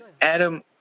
Adam